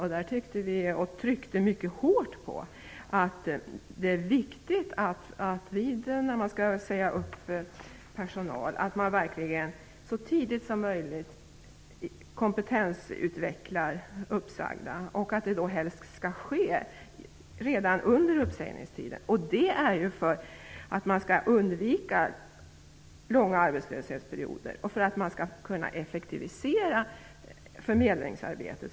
Vi tryckte där mycket hårt på vikten av att man vid uppsägningar av personal så tidigt som möjligt kompetensutvecklar dem som är uppsagda. Helst skall detta ske redan under uppsägningstiden - just för att undvika långa arbetslöshetsperioder och för att kunna effektivisera förmedlingsarbetet.